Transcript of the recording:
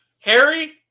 Harry